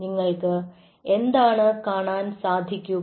നിങ്ങൾക്ക് എന്താണ് കാണാൻ സാധിക്കുക